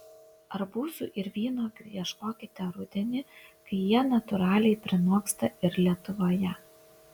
arbūzų ir vynuogių ieškokite rudenį kai jie natūraliai prinoksta ir lietuvoje